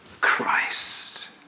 Christ